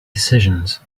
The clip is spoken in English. decisions